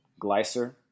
Glycer